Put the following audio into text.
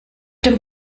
dem